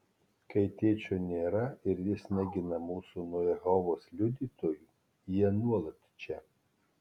kai tėčio nėra ir jis negina mūsų nuo jehovos liudytojų jie nuolat čia